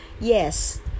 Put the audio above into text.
Yes